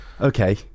Okay